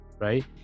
right